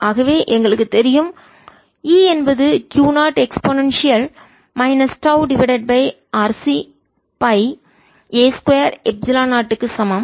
ஆகவேஎங்களுக்குத் தெரியும் E என்பது Q0 e τ RC பைa 2 எப்சிலன் 0 க்கு சமம்